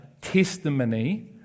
testimony